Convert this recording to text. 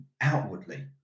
outwardly